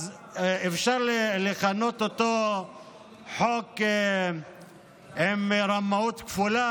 אז אפשר לכנות אותו חוק עם רמאות כפולה,